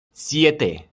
siete